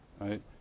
right